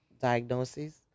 diagnoses